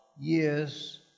years